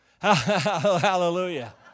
Hallelujah